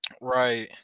Right